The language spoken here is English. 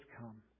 come